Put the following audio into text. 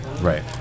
Right